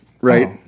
right